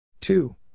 Two